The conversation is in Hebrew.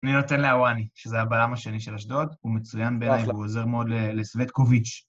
אני נותן לאוואן, שזה הבלם השני של אשדוד, הוא מצוין, אחלה, הוא עוזר מאוד לסווטקוביץ'.